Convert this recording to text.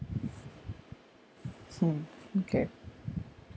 hmm okay